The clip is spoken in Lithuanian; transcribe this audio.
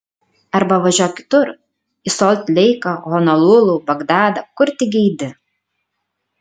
arba važiuok kitur į solt leiką honolulu bagdadą kur tik geidi